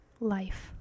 life